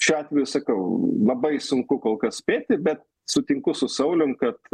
šiuo atveju sakau labai sunku kol kas spėti bet sutinku su saulium kad